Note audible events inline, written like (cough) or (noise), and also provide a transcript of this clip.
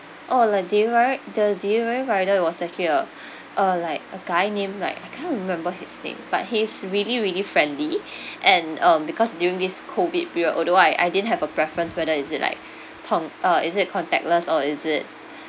oh the delivery the delivery rider was actually uh (breath) uh like a guy name like I can't remember his name but he's really really friendly (breath) and um because during this COVID period although I I didn't have a preference whether is it like (breath) con~ uh is it contactless or is it (breath)